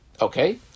Okay